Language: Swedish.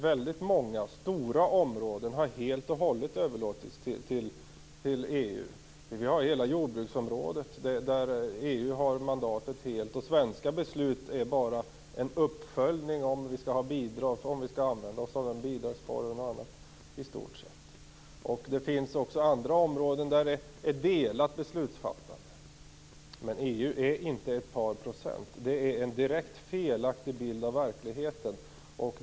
Väldigt många stora områden har helt och hållet överlåtits till EU. Det gäller hela jordbruksområdet, som EU helt och hållet har mandat på. Svenska beslut är bara en uppföljning av beslut. De gäller i stort sett om vi skall använda oss av de bidrag vi får. Det finns också andra områden med delat beslutsfattande. EU är inte ett par procent. Det är en direkt felaktig bild av verkligheten.